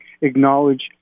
acknowledge